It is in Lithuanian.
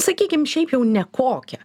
sakykim šiaip jau ne kokia